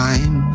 Time